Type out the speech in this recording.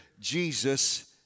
Jesus